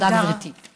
תודה רבה, גברתי.